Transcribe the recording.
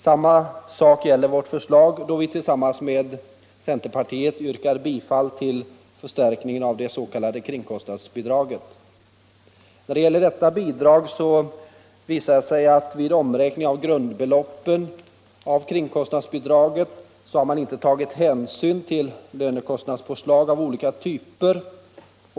Samma sak gäller vårt förslag där vi tillsammans med centerpartiet yrkar bifall till förstärkning av de s.k. kringkostnadsbidraget. När det gäller detta senare bidrag visar det sig att vid omräkningen av grundbeloppen har inte hänsyn tagits till lönekostnadspåslag av olika typer.